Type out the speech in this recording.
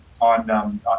On